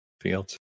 fields